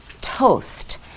toast